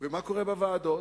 ומה קורה בוועדות,